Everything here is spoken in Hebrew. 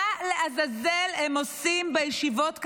מה לעזאזל הם עושים בישיבות קבינט,